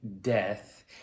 death